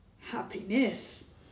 Happiness